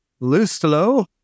Lustelo